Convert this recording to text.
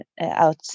out